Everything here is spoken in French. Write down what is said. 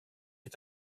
est